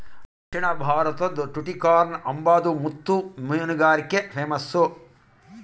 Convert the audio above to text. ದಕ್ಷಿಣ ಭಾರತುದ್ ಟುಟಿಕೋರ್ನ್ ಅಂಬಾದು ಮುತ್ತು ಮೀನುಗಾರಿಕ್ಗೆ ಪೇಮಸ್ಸು